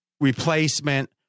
replacement